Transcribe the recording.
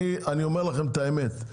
אני אומר לכם את האמת,